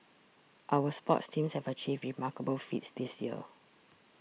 our sports teams have achieved remarkable feats this year